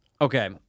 Okay